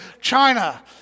China